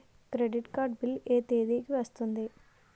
Credit card bill ఎ తేదీ కి వస్తుంది?